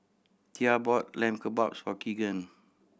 Thea bought Lamb Kebabs for Keegan